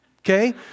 okay